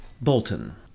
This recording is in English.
Bolton